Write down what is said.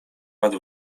nad